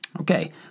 Okay